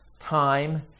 time